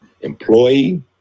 employee